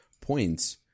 points